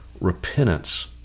Repentance